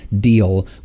deal